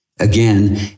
Again